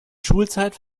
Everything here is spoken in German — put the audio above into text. schulzeit